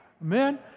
Amen